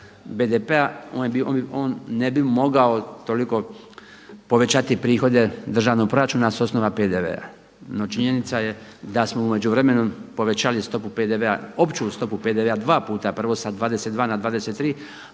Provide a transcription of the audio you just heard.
BDP-a on ne bi mogao toliko povećati prihode državnog proračuna sa osnova PDV-a. No, činjenica je da smo u međuvremenu povećali stopu PDV-a, opću stopu PDV-a dva puta prvo sa 22 na 23,